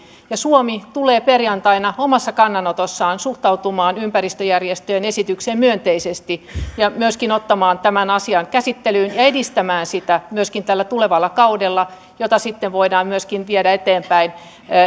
suomi tulee perjantaina omassa kannanotossaan suhtautumaan ympäristöjärjestöjen esitykseen myönteisesti ja myöskin ottamaan tämän asian käsittelyyn ja edistämään sitä myöskin tällä tulevalla kaudella ja sitä sitten voidaan viedä eteenpäin myöskin